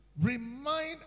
remind